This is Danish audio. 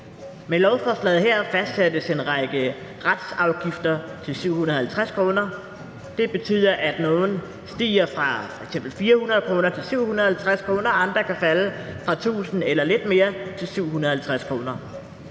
Med lovforslaget her fastsættes en række retsafgifter til 750 kr. Det betyder, at nogle stiger fra f.eks. 400 kr. til 750 kr.; andre kan falde fra 1.000 kr. eller lidt mere til 750 kr.